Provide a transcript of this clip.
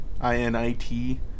I-N-I-T